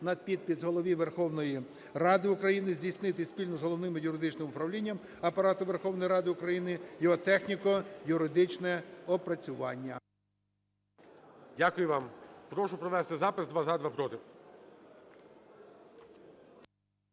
на підпис Голові Верховної Ради України здійснити спільно з Головним юридичним управлінням Апарату Верховної Ради України його техніко-юридичне опрацювання. ГОЛОВУЮЧИЙ. Дякую вам. Прошу провести запис: два – за, два – проти.